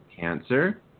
cancer